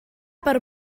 per